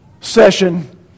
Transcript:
session